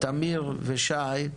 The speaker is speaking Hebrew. תמיר ושי,